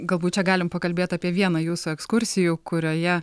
galbūt čia galim pakalbėt apie vieną jūsų ekskursijų kurioje